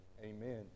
amen